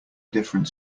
different